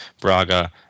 Braga